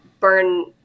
burn